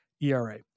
ERA